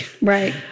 Right